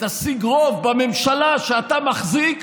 תשיג רוב בממשלה שאתה מחזיק,